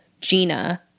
Gina